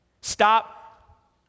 Stop